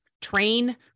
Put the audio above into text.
train